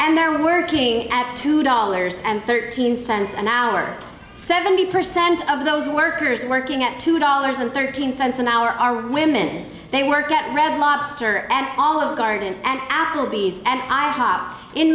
and they're working at two dollars and thirteen cents an hour seventy percent of those workers working at two dollars and thirteen cents an hour are women they work at red lobster and all of the garden and applebee's and i hop